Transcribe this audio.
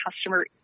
customer